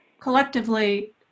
Collectively